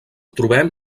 trobem